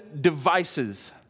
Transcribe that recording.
devices